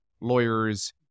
lawyer's